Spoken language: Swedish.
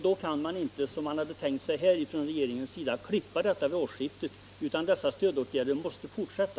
Då kan man inte, som regeringen hade tänkt sig, klippa av stimulansen vid årsskiftet, utan stödåtgärderna måste fortsätta.